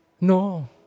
No